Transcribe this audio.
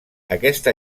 aquesta